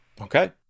Okay